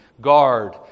guard